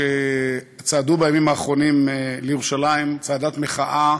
שצעדו בימים האחרונים לירושלים צעדת מחאה,